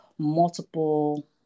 multiple